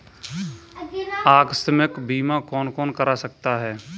आकस्मिक बीमा कौन कौन करा सकता है?